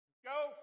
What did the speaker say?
Go